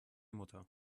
mutter